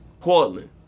Portland